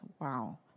Wow